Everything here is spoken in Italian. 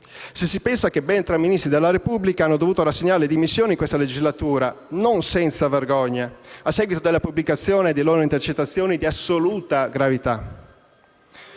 se si pensa che ben tre Ministri della Repubblica hanno dovuto rassegnare le dimissioni in questa legislatura, non senza vergogna, a seguito della pubblicazione di loro intercettazioni di assoluta gravità.